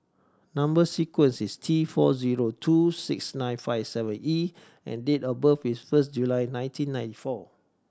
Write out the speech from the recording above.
number sequence is T four zero two six nine five seven E and date of birth is first July nineteen ninety four